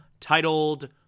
titled